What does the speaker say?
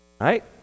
Right